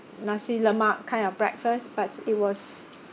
nasi lemak kind of breakfast but it was